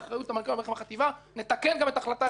מנכ"ל החטיבה - נתקן גם את החלטה 1998